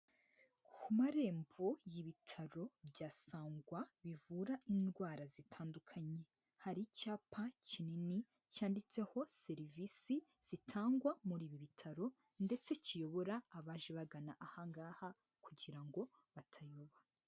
Ku marembo y'ibitaro bya Sangwa bivura indwara zitandukanye, hari icyapa kinini cyanditseho serivisi zitangwa muri ibi bitaro ndetse kiyobora abaje bagana aha ngaha kugira ngo batayoba.